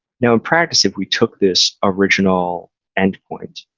now, in practice if we took this original endpoint,